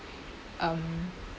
um